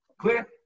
Clear